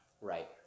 Right